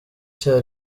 cya